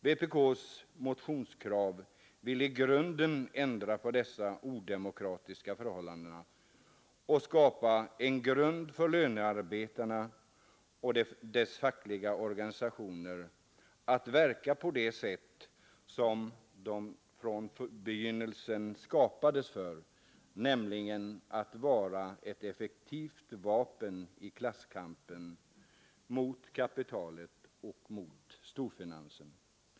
Genom motionskravet vill vpk i grunden ändra på dessa odemokratiska förhållanden och skapa en möjlighet för lönearbetarna och deras fackliga organisationer att verka på det sätt som de från begynnelsen skapades för, nämligen att vara ett effektivt vapen i klasskampen mot kapitalet och mot storfinansen.